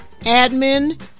admin